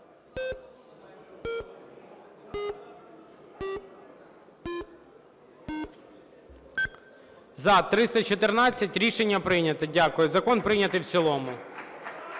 За-314 Рішення прийнято. Дякую. Закон прийнятий в цілому.